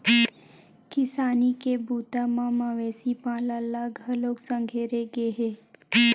किसानी के बूता म मवेशी पालन ल घलोक संघेरे गे हे